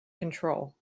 control